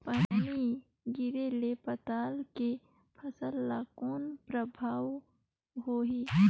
पानी गिरे ले पताल के फसल ल कौन प्रभाव होही?